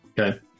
okay